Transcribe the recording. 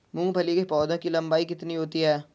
मूंगफली के पौधे की लंबाई कितनी होती है?